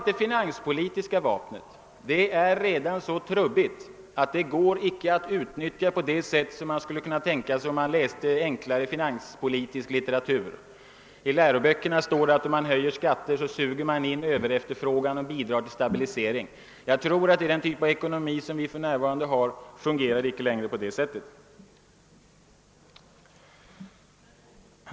Det finanspolitiska vapnet är emellertid redan så trubbigt att det inte kan utnyttjas på det sätt som framgår av enklare finanspolitisk litteratur. I läroböckerna heter det att man om man höjer skatterna suger in överefterfrågan och härigenom bidrar till stabilisering. I den typ av ekonomi som vi för närvarande har fungerar det inte längre på detta sätt.